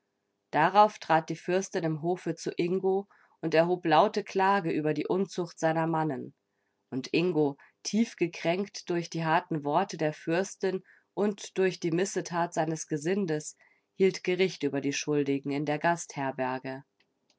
darauf trat die fürstin im hofe zu ingo und erhob laute klage über die unzucht seiner mannen und ingo tief gekränkt durch die harten worte der fürstin und durch die missetat seines gesindes hielt gericht über die schuldigen in der